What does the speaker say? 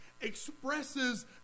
expresses